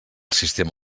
sistema